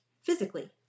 physically